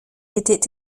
était